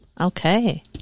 Okay